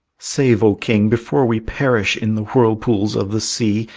save, o king, before we perish in the whirlpools of the sea,